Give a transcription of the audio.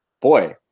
boy